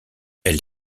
elle